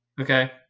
Okay